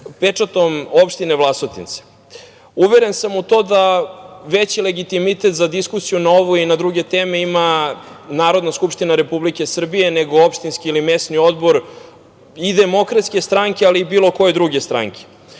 pečatom opštine Vlasotince. Uveren sam u to da veći legitimitet za diskusiju na ovu i na druge teme ima Narodna skupština Republike Srbije nego opštinski ili mesni odbor i Demokratske stranke, ali i bilo koje druge stranke. Kandidat